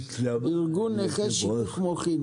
ארגון נכי שיתוק מוחין,